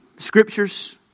Scriptures